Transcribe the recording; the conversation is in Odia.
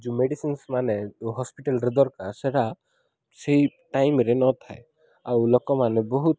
ଯେଉଁ ମେଡ଼ିସିନ୍ସ ମାନେ ହସ୍ପିଟାଲରେ ଦରକାର ସେଇଟା ସେଇ ଟାଇମରେ ନଥାଏ ଆଉ ଲୋକମାନେ ବହୁତ